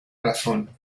razón